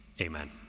Amen